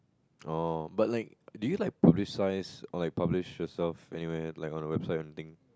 oh but like did you like publish science or like publish yourself anywhere like on the website all the thing